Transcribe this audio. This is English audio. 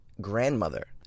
grandmother